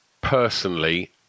personally